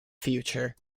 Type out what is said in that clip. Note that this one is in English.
future